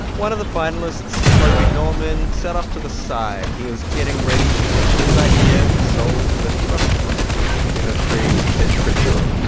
one of the finalists, toby norman, sat off to the side. he was getting ready to pitch his idea to solve the trust problem do you have a pre-pitch ritual?